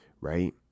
right